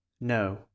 No